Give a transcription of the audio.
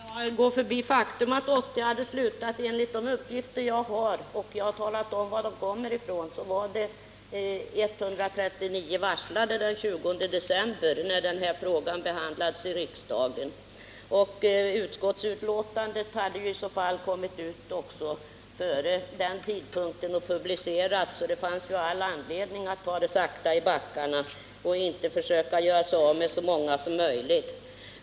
Herr talman! I vad gäller uppgiften att jag förbigick att 80 redan hade slutat vill jag säga, att enligt de uppgifter jag har — och jag har redovisat varifrån de kommer — var 139 varslade den 20 december, när denna fråga behandlades i riksdagen. Utskottsbetänkandet hade utarbetats och publicerats före denna tidpunkt, och det fanns följaktligen all anledning att ta det sakta i backarna och inte göra sig av med så många anställda som möjligt.